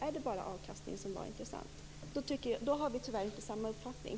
Är det bara avkastning som är intressant då har vi tyvärr inte samma uppfattning.